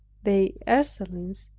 the ursulines,